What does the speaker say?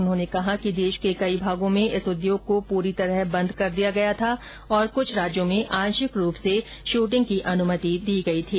उन्होंने कहा कि देश के कई भागों में इस उद्योग को पूरी तरह बंद कर दिया गया था और कुछ राज्यों में आंशिक रूप से शूटिंग की अनुमति दी गई थी